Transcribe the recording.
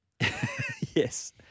Yes